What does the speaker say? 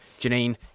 Janine